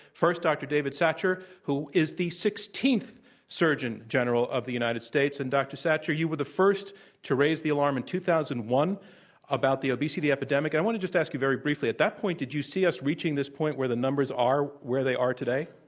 first dr. david satcher, who is the sixteenth surgeon general of the united states. and dr. satcher, you were the first to raise the alarm in two thousand and one about the obesity epidemic. and i want to just ask you very briefly, at that point, did you see us reaching this point where the numbers are where they are today?